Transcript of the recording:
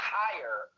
higher